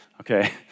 Okay